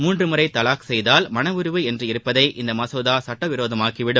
மூன்று முறை தலாக் செய்தால் மணமுறிவு என்று இருப்பதை இந்த மசோதா சட்டவிரோதமாக்கிவிடும்